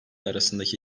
arasındaki